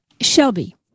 Shelby